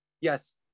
Yes